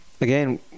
again